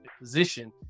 position